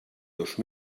dos